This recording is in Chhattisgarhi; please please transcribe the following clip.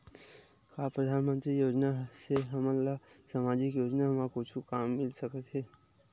का परधानमंतरी योजना से हमन ला सामजिक योजना मा कुछु काम मिल सकत हे?